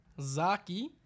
Zaki